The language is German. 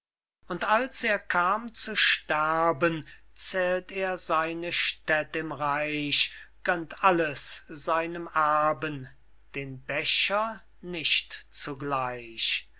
und als er kam zu sterben zählt er seine städt im reich gönnt alles seinem erben den becher nicht zugleich